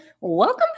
Welcome